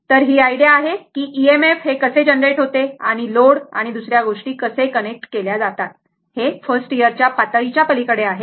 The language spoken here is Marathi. तर ही आयडिया आहे की EMF हे कसे जनरेट होते आणि लोड आणि दुसऱ्या गोष्टी कसे कनेक्ट केल्या जातात हे फर्स्ट इयर च्या पातळीच्या पलीकडे आहे